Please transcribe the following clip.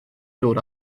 dod